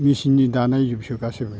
मेचिननि दानाय जुगसो गासिबो